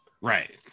Right